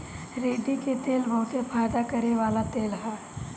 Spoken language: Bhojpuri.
रेड़ी के तेल बहुते फयदा करेवाला तेल ह